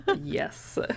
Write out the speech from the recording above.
Yes